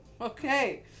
Okay